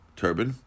turban